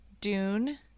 Dune